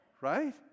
Right